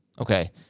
Okay